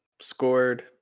scored